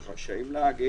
הם רשאים לומר,